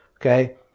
okay